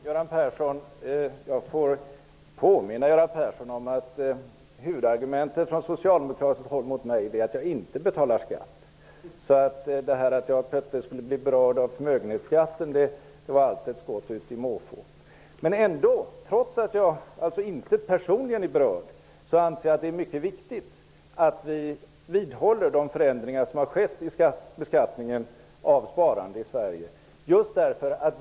Fru talman! Låt mig påminna Göran Persson om att huvudargumentet mot mig från socialdemokratiskt håll är att jag inte betalar skatt. Att jag plötsligt skulle bli berörd av förmögenhetsskatten var allt ett skott på måfå. Men trots att jag alltså inte personligen är berörd anser jag att det är mycket viktigt att vi vidhåller de förändringar som har skett i beskattningen av sparande i Sverige.